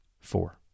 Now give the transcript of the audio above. four